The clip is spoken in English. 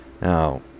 Now